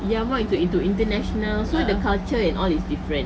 ya there are more into into international uh so the culture and all is different